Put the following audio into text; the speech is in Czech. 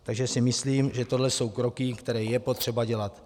Takže si myslím, že tohle jsou kroky, které je potřeba dělat.